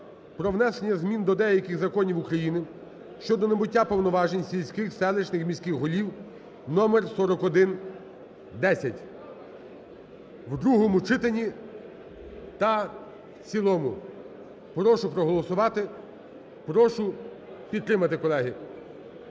про внесення змін до деяких законів України щодо набуття повноважень сільських, селищних, міських голів (№ 4110) у другому читанні та в цілому. Прошу проголосувати, прошу підтримати, колеги.